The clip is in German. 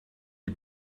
die